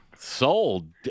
Sold